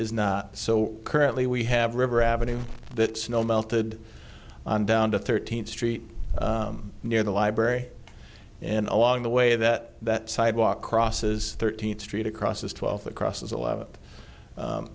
is not so currently we have river avenue that snow melted on down to thirteenth street near the library and along the way that that sidewalk crosses thirteenth street across is twelfth across as